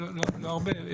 לא הרבה.